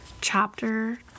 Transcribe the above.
chapter